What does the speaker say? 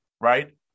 right